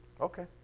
okay